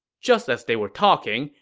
just as they were talking,